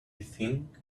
think